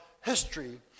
history